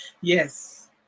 Yes